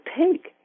take